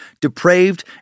depraved